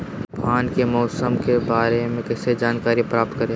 तूफान के मौसम के बारे में कैसे जानकारी प्राप्त करें?